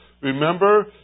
remember